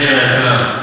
מאיר היקר,